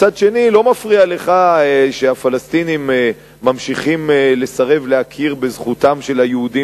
מצד שני לא מפריע לך שהפלסטינים ממשיכים לסרב להכיר בזכותם של היהודים